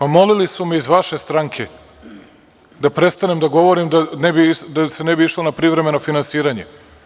A molili su me iz vaše stranke da prestanem da govorim da se ne bi išlo na privremeno finansiranje.